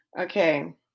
Okay